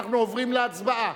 אנחנו עוברים להצבעה.